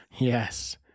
yes